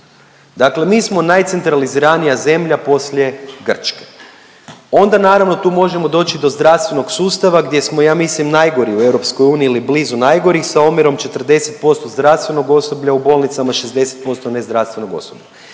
Dakle mi smo najcentraliziranija zemlja poslije Grčke. Onda, naravno tu možemo doći do zdravstvenog sustava gdje smo ja mislim najgori u EU ili blizu najgorih sa omjerom 40% zdravstvenog osoblja u bolnicama, 60% nezdravstvenog osoblja.